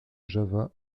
java